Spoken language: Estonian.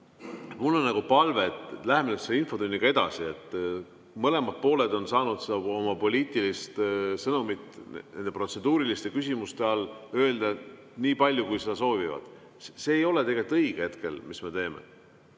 Mul on palve, läheme nüüd selle infotunniga edasi. Mõlemad pooled on saanud oma poliitilist sõnumit nende protseduuriliste küsimuste all öelda nii palju, kui nad seda soovivad. See ei ole tegelikult õige, mis me teeme.